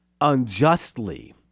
unjustly